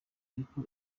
ariko